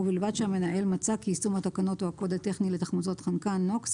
ובלבד שהמנהל מצא כי יישום התקנות או הקוד הטכני לתחמוצת חנקן (NOx)